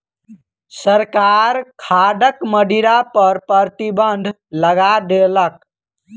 सरकार दाखक मदिरा पर प्रतिबन्ध लगा देलक